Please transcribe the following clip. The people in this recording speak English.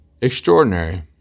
extraordinary